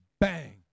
bang